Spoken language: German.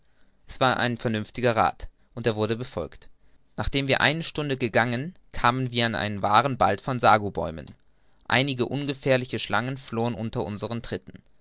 es war dies ein vernünftiger rath und er wurde befolgt nachdem wir eine stunde gegangen kamen wir in einen wahren wald von sagobäumen einige ungefährliche schlangen flohen unter unseren tritten